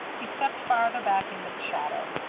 he stepped farther back into the shadow.